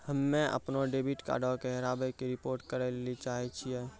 हम्मे अपनो डेबिट कार्डो के हेराबै के रिपोर्ट करै लेली चाहै छियै